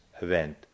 event